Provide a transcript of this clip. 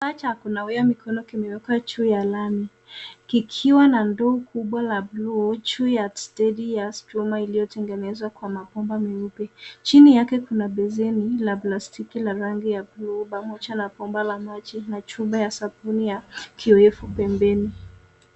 Kifaa cha kunawia mikono kimewekwa juu ya lami kikiwa na ndoo kubwa la bluu juu ya stendi ya chuma iliyotengenezwa kwa mabomba meupe. Chini yake kuna beseni la plastiki la rangi ya bluu pamoja na bomba la maji na chupa ya sabuni ya kioevu pembeni.